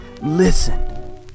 listen